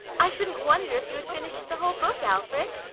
i shouldn't wonder if you had finished the whole book, alfred?